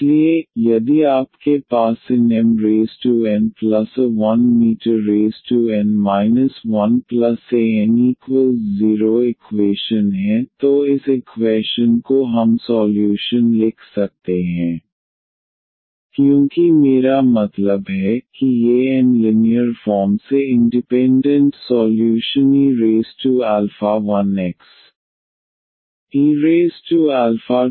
इसलिए यदि आपके पास इन mna1mn 1an0 इक्वेशन हैं तो इस इक्वैशन को हम सॉल्यूशन लिख सकते हैं क्योंकि मेरा मतलब है कि ये n लिनीयर फॉर्म से इंडिपेंडेंट सॉल्यूशन e1xe2xenx